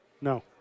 No